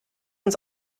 uns